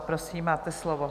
Prosím, máte slovo.